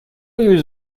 use